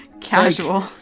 Casual